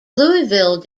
louisville